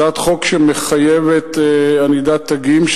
הצעת חוק שמחייבת ענידת תגים,